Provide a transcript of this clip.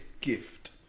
gift